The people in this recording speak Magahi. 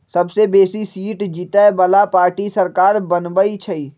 सबसे बेशी सीट जीतय बला पार्टी सरकार बनबइ छइ